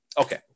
Okay